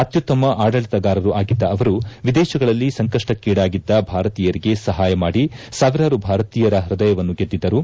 ಅತ್ಯುತ್ತಮ ಆಡಳಿತಗಾರರೂ ಆಗಿದ್ದ ಅವರು ವಿದೇಶಗಳಲ್ಲಿ ಸಂಕಷ್ಟಕ್ಕೇಡಾಗಿದ್ದ ಭಾರತೀಯರಿಗೆ ಸಹಾಯ ಮಾಡಿ ಸಾವಿರಾರು ಭಾರತೀಯ ಹೃದಯವನ್ನು ಗೆದ್ದಿದ್ದರು